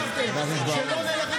חבר הכנסת בוארון.